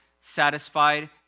satisfied